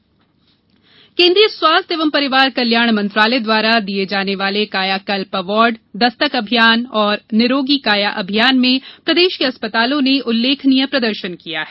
स्वास्थ पुरस्कार केन्द्रीय स्वास्थ्य एवं परिवार कल्याण मंत्रालय द्वारा दिये जाने वाले कायाकल्प अवार्ड दस्तक अभियान और निरोगी काया अभियान में प्रदेश के अस्पतालों ने उल्लेखनीय प्रदर्शन किया है